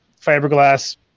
fiberglass